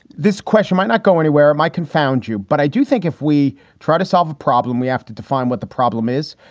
this question might not go anywhere, and might confound you. but i do think if we try to solve a problem, we have to define what the problem is.